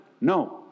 No